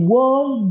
one